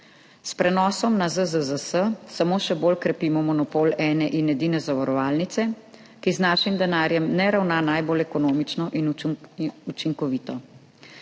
S prenosom na ZZZS samo še bolj krepimo monopol ene in edine zavarovalnice, ki z našim denarjem ne ravna najbolj ekonomično in učinkovito.